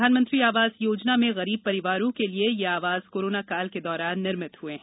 प्रधानमंत्री आवास योजना में गरीब परिवारों के लिये यह आवास कोरोना काल के दौरान निर्मित हुए हैं